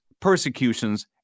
persecutions